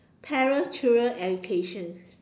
parents children education